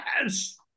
Yes